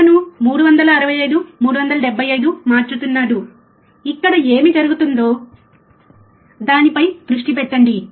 అతను 365 375 మార్చుతున్నాడు ఇక్కడ ఏమి జరుగుతుందో దానిపై దృష్టి పెట్టండి